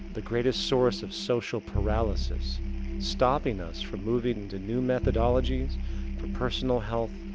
the greatest source of social paralysis stopping us from moving into new methodologies for personal health,